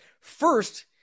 First